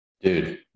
Dude